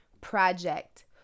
project